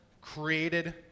created